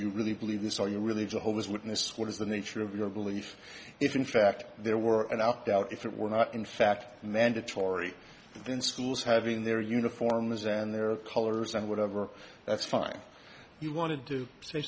you really believe this or you really to hold this witness what is the nature of your belief if in fact there were an opt out if it were not in fact mandatory in schools having their uniforms and their colors and whatever that's fine you want to do s